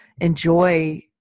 enjoy